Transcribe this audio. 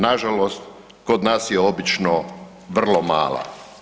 Nažalost, kod nas je obično vrlo mala.